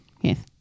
Yes